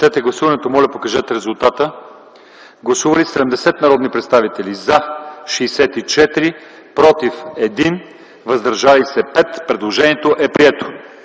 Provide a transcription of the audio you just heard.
Гласували 74 народни представители: за 69, против няма, въздържали се 5. Предложението е прието.